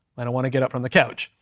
i don't want to get up from the couch.